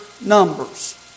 numbers